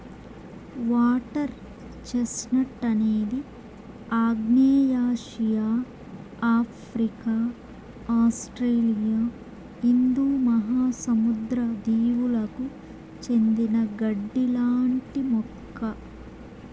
water chestnut అనేది ఆగ్నేయాసియా, Africa, Australia హిందూ మహాసముద్ర దీవులకు చెందిన గడ్డి లాంటి మొక్క